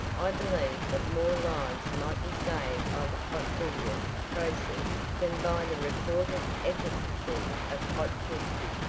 i believe that more lives might be saved by the hot bouillon process than by the reported efficacy of hot whisky.